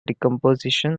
decomposition